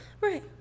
Right